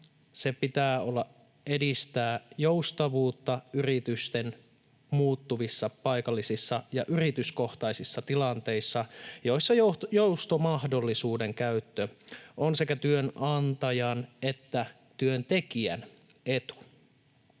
sen pitää edistää joustavuutta yritysten muuttuvissa, paikallisissa ja yrityskohtaisissa tilanteissa, joissa joustomahdollisuuden käyttö on sekä työnantajan että työntekijän etu.